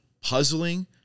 puzzling